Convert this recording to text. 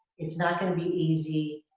it's not gonna be easy.